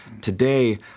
Today